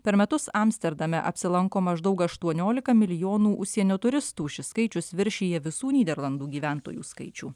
per metus amsterdame apsilanko maždaug aštuoniolika milijonų užsienio turistų šis skaičius viršija visų nyderlandų gyventojų skaičių